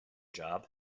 job